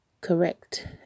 correct